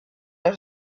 der